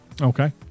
Okay